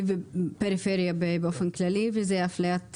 וגם לפריפריה באופן כללי וזה אפליית מחירים.